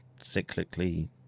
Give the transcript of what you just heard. cyclically